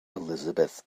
elizabeth